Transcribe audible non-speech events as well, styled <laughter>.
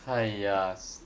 !haiya! <noise>